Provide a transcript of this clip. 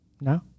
no